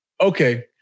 okay